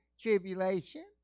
tribulation